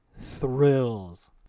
thrills